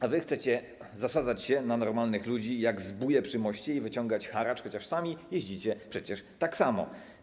A wy chcecie zasadzać się na normalnych ludzi jak zbóje przy moście i ściągać haracz, chociaż sami jeździcie przecież tak samo.